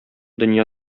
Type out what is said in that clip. дөнья